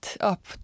up